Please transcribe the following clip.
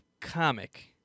Comic